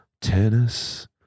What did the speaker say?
tennis